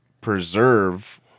preserve